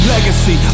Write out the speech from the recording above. Legacy